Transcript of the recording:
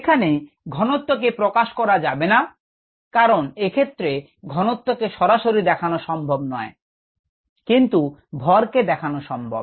এখানে ঘনত্বকে প্রকাশ করা যাবেনা কারণ এক্ষেত্রে ঘনত্ব কে সরাসরি দেখানো সম্ভব নয় কিন্তু ভরকে দেখানো সম্ভব